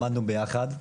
למדנו ביחד,